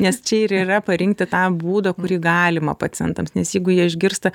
nes čia ir yra parinkti tą būdą kurį galima pacientams nes jeigu jie išgirsta